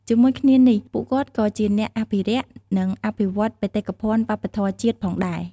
ជាមួយគ្នានេះ ពួកគាត់ក៏ជាអ្នកអភិរក្ស និងអភិវឌ្ឍបេតិកភណ្ឌវប្បធម៌ជាតិផងដែរ។